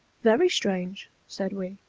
very strange, said we,